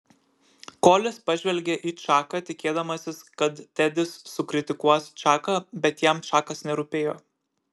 kolis pažvelgė į čaką tikėdamasis kad tedis sukritikuos čaką bet jam čakas nerūpėjo